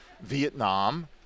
Vietnam